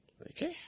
Okay